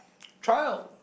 trial